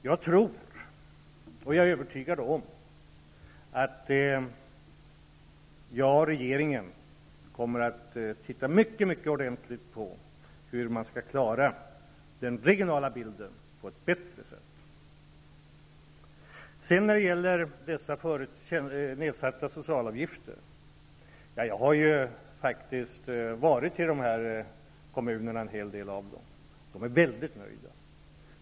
Jag är övertygad om att jag och regeringen kommer att titta mycket ordentligt på hur man skall klara den regionala bilden på ett bättre sätt. När det sedan gäller de nedsatta socialavgifterna har jag faktiskt varit i en hel del av dessa kommuner. De är mycket nöjda.